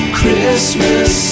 Christmas